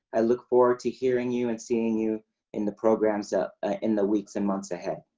i look forward to hearing you, and seeing you in the programs ah ah in the weeks and months ahead.